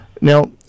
now